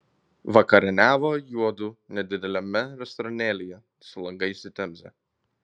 vakarieniavo juodu nedideliame restoranėlyje su langais į temzę